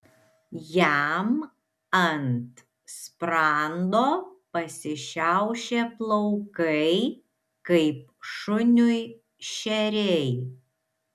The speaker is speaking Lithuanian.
jam ant sprando pasišiaušė plaukai kaip šuniui šeriai